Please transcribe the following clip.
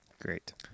Great